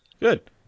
Good